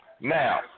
Now